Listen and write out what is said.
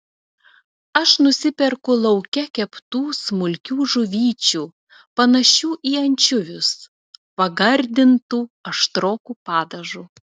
aš nusiperku lauke keptų smulkių žuvyčių panašių į ančiuvius pagardintų aštroku padažu